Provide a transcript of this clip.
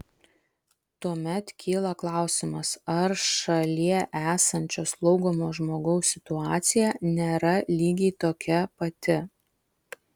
tuomet kyla klausimas ar šalie esančio slaugomo žmogaus situacija nėra lygiai tokia pati